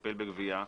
שיטפל בגבייה,